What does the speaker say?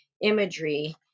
imagery